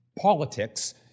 Politics